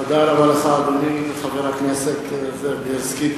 תודה רבה לך, אדוני חבר הכנסת זאב בילסקי.